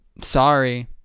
sorry